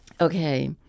Okay